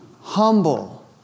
humble